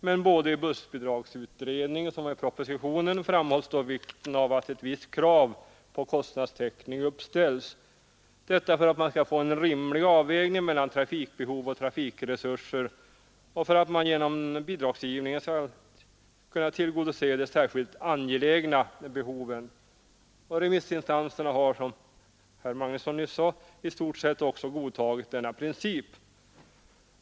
Men både i bussbidragsutredningen och i propositionen framhålles vikten av att ett visst krav på kostnadstäckning ställs för att man skall få en rimlig avvägning mellan trafikbehov och trafikresurser och för att man genom bidragsgivningen skall kunna tillgodose de särskilt angelägna behoven. Remissinstanserna har, som herr Magnusson i Kristinehamn sade, i stort sett godtagit denna princip.